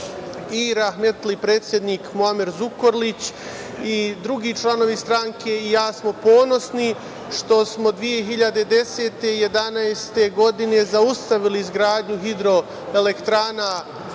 I rahmetli predsednik Muamer Zukorlić i drugi članovi stranke i ja smo ponosni što smo 2010. i 2011. godine zaustavili izgradnju hidroelektrana